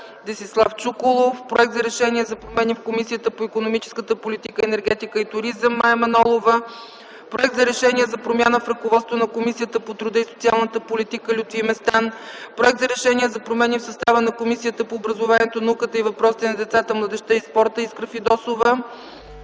Десислав Чуколов. Проект за решение за промени в Комисията по икономическата политика, енергетика и туризъм. Вносител – Мая Манолова. Проект за решение за промяна в ръководството на Комисията по труда и социалната политика. Вносител – Лютви Местан. Проект за решение за промени в състава на Комисията по образованието, науката и въпросите на децата, младежта и спорта.